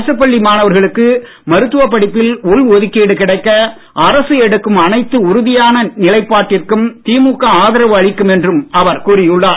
அரசுப்பள்ளி மாணவர்களுக்கு மருத்துவ படிப்பில் உள் ஒதுக்கீடு கிடைக்க அரசு எடுக்கும் அனைத்து உறுதியான நிரைப்பாட்டிற்கும் திமுக அதாவு அளிக்கும் என்றும் அவர் கூறியுள்ளார்